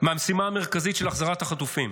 מהמשימה המרכזית של החזרת החטופים.